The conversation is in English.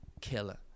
killer